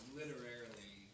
literarily